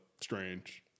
strange